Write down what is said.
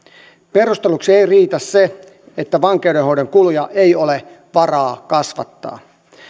perusteluksi ei riitä se että vankeudenhoidon kuluja ei ole varaa kasvattaa